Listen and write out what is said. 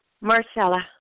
Marcella